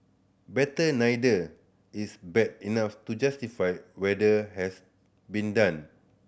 better neither is bad enough to justify whether has been done